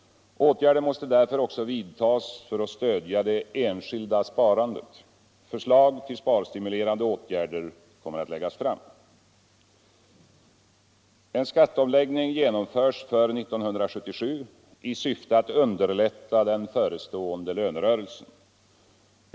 Åtgärder måste därför också vidtas för att stödja det enskilda sparandet. Förslag till sparstimulerande åtgärder kommer att läggas fram. En skatteomläggning genomförs för 1977 i syfte att underlätta den förestående lönerörelsen.